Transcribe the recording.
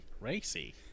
Racy